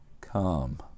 come